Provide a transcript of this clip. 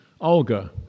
Olga